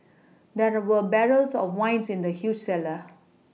there were barrels of wines in the huge cellar